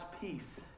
peace